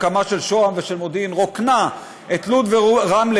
ההקמה של שוהם ושל מודיעין רוקנה את לוד ורמלה